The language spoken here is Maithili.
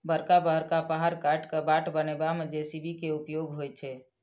बड़का बड़का पहाड़ काटि क बाट बनयबा मे जे.सी.बी के उपयोग होइत छै